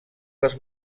les